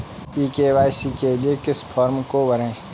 ई KYC के लिए किस फ्रॉम को भरें?